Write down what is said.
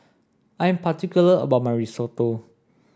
I am particular about my Risotto